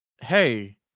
hey